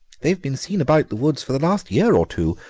they've been seen about the woods for the last year or two,